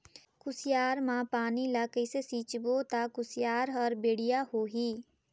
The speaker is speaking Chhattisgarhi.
कुसियार मा पानी ला कइसे सिंचबो ता कुसियार हर बेडिया होही?